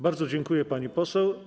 Bardzo dziękuję, pani poseł.